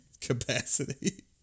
capacity